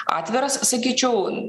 atviras sakyčiau